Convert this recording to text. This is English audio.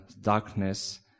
darkness